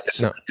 no